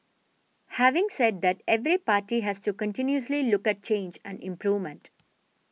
having said that every party has to continuously look at change and improvement